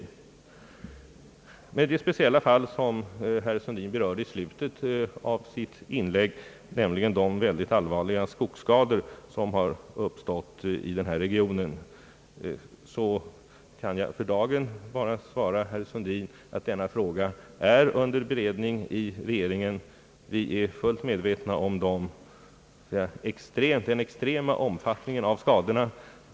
Beträffande det speciella fall som herr Sundin berörde i slutet av sitt inlägg, nämligen de ytterst allvarliga skogsskador som uppstått i denna region kan jag för dagen bara svara herr Sundin att frågan är under beredning 1 regeringen. Vi är fullt medvetna om den extrema omfattningen av skadorna.